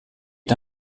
est